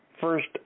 first